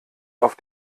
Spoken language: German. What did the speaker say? auf